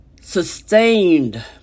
sustained